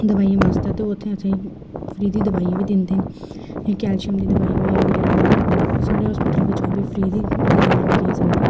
दवाइयें आस्तै ते ओह् उत्थै फ्री दी दवाइयां बी दिंदे कैल्शियम दी दवाई होई बगैरा बगैरा साढ़े हास्पिटल बिच्च ओह्बी फ्री दी दिंदे न लोकें गी सारेंगी